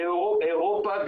אירופה,